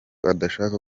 adashaka